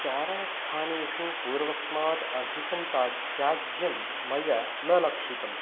चारणस्थानेषु पूर्वस्मात् अधिकं ताज् त्याज्यं मया न लक्षितम्